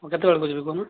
ମୁଁ କେତେବେଳକୁ ଯିବି କହୁନ